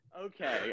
Okay